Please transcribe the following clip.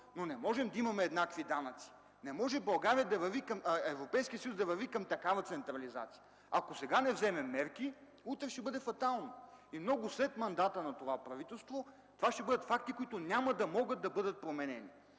но не можем да имаме еднакви данъци, не може Европейският съюз да върви към такава централизация”, ако сега не вземем мерки, утре ще бъде фатално. Много след мандата на това правителство това ще бъдат факти, които няма да могат да бъдат променени.